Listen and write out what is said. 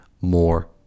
more